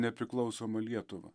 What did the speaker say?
nepriklausomą lietuvą